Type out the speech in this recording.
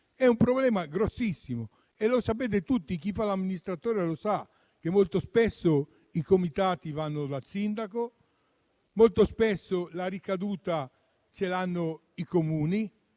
un problema grossissimo. Lo sapete tutti: chi fa l'amministratore sa che, molto spesso, i comitati vanno dal sindaco e la ricaduta l'hanno i Comuni